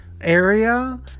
area